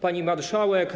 Pani Marszałek!